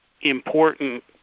important